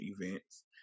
events